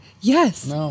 yes